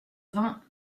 vingts